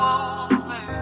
over